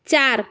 চার